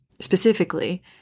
specifically